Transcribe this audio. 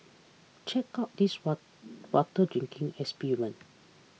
check out this water drinking experiment